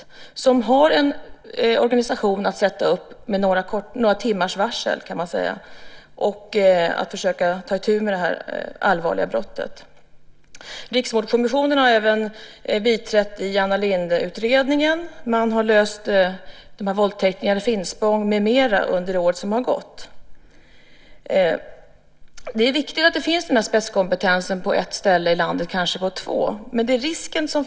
Den kan sätta upp en organisation med några timmars varsel och försöka ta itu med det allvarliga brottet. Riksmordkommissionen har även biträtt i Anna Lindh-utredningen. Den har också löst fallet med våldtäkterna i Finspång med mera under det år som har gått. Det är viktigt att den spetskompetensen finns på ett ställe i landet eller kanske på två.